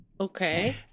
Okay